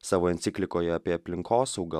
savo enciklikoje apie aplinkosaugą